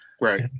Right